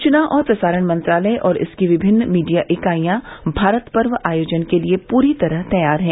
सूचना और प्रसारण मंत्रालय और इसकी विभिन्न मीडिया इकाइयां भारत पर्व आयोजन के लिए पूरी तरह तैयार हैं